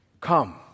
Come